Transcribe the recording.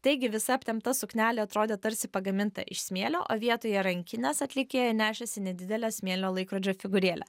taigi visa aptempta suknelė atrodė tarsi pagaminta iš smėlio o vietoje rankinės atlikėja nešėsi nedidelę smėlio laikrodžio figūrėlę